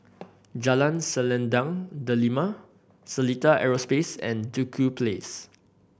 Jalan Selendang Delima Seletar Aerospace and Duku Place